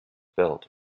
built